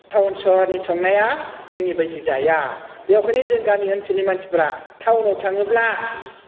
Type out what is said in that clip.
town सहरनि संनाया जोंनि बायदि जाया बेखायनो जों गामि ओनसोलनि मानसिफोरा थाउनाव थाङोब्ला